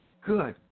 good